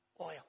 Oil